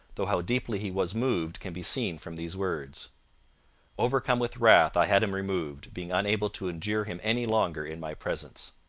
though how deeply he was moved can be seen from these words overcome with wrath i had him removed, being unable to endure him any longer in my presence